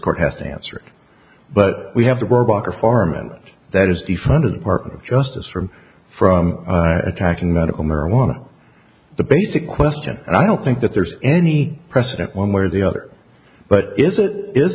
court has to answer but we have the werbach reform and that is different as part of justice from from attacking the medical marijuana the basic question and i don't think that there's any precedent one way or the other but if it is